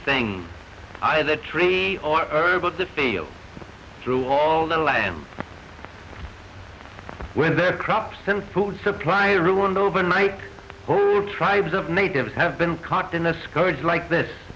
thing either tree or herbal to feel through all the land where their crops and food supply ruined overnight tribes of natives have been caught in a scourge like this